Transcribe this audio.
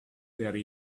there